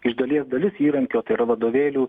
iš dalies dalis įrankio tai yra vadovėlių